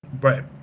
right